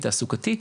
תעסוקתי,